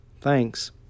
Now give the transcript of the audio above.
Thanks